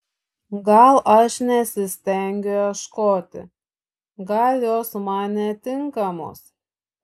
gal aš nesistengiu ieškoti gal jos man netinkamos